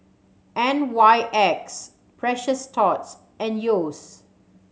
N Y X Precious Thots and Yeo's